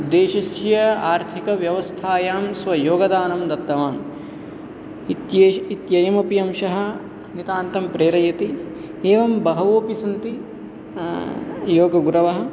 देशस्य आर्थिकव्यवस्थायां स्वयोगदानं दत्तवान् इत्येष् इत्ययम् अपि अंशः नितान्तं प्रेरयति एवं बहवोपि सन्ति योगगुरवः